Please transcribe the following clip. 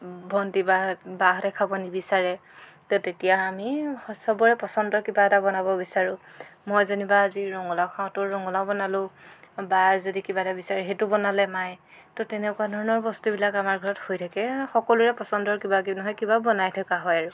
ভণ্টি বা বাহঁতে খাব নিবিচাৰে তো তেতিয়া আমি চবৰে পচণ্ডৰ কিবা এটা বনাব বিচাৰোঁ মই যেনিবা আজি ৰঙলাউ খাওঁ তো ৰঙলাও বনালোঁ বায়ে যদি কিবা এটা বিচাৰে সেটো বনালে মায়ে তো তেনেকুৱা ধৰণৰ বস্তুবিলাক আমাৰ ঘৰত হৈ থাকে সকলোৰে পচণ্ডৰ কিবা নহয় কিবা বনাই থকা হয় আৰু